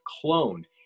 clone